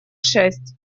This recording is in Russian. шесть